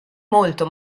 molto